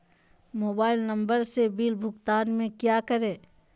Mobile number से bill भुगतान में क्या करें?